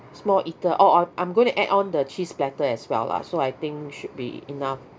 small eater orh I I'm going to add on the cheese platter as well lah so I think should be enough